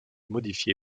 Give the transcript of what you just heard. modifié